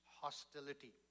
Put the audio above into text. hostility